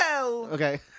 Okay